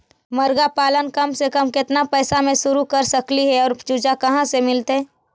मरगा पालन कम से कम केतना पैसा में शुरू कर सकली हे और चुजा कहा से मिलतै?